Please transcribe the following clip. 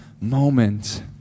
moment